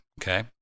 okay